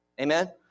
Amen